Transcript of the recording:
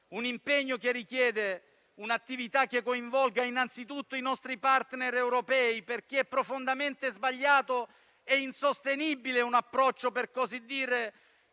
un impegno che richiede un'attività che coinvolga innanzitutto i nostri *partner* europei, perché è profondamente sbagliato e insostenibile un approccio per così dire